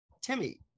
Timmy